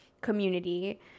community